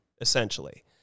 essentially